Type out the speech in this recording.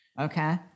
Okay